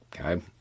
Okay